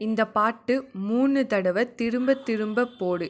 இந்த பாட்டு மூணு தடவை திரும்பத் திரும்ப போடு